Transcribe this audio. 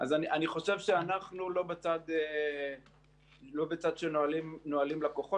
אז אני חושב שאנחנו לא בצד שנועלים לקוחות.